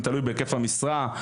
תלוי בהיקף המשרה,